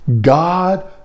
God